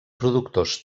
productors